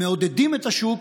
מעודדים את השוק,